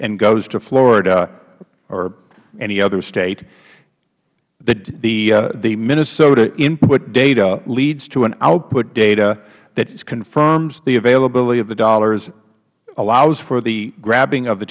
and goes to florida or any other state the minnesota input data leads to an output data that confirms the availability of the dollars allows for the grabbing of the